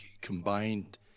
combined